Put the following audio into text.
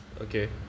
Okay